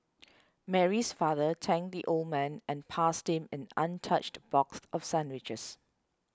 Mary's father thanked the old man and passed him an untouched box of sandwiches